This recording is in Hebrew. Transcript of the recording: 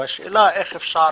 השאלה איך אפשר